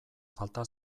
falta